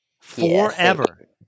Forever